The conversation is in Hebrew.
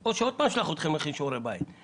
או שעוד פעם נשלח אתכם להכין שיעורי בית.